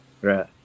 Right